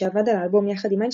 שעבד על האלבום יחד עם איינשטיין,